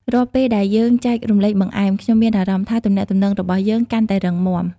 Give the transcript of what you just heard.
រាល់ពេលដែលយើងចែករំលែកបង្អែម ខ្ញុំមានអារម្មណ៍ថាទំនាក់ទំនងរបស់យើងកាន់តែរឹងមាំ។